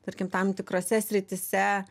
tarkim tam tikrose srityse